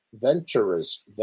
Venturers